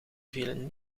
vielen